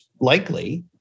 likely